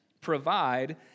provide